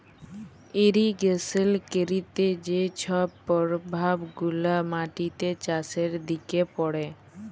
irrigation ক্যইরতে যে ছব পরভাব গুলা মাটিতে, চাষের দিকে পড়ে